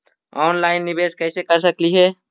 Online निबेस कैसे कर सकली हे?